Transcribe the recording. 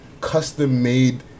custom-made